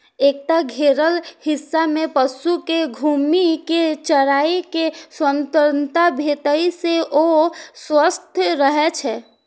एकटा घेरल हिस्सा मे पशु कें घूमि कें चरै के स्वतंत्रता भेटै से ओ स्वस्थ रहै छै